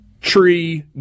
tree